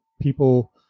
people